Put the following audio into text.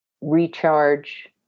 recharge